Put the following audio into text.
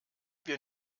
wir